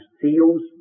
seals